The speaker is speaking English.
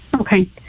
Okay